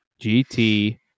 GT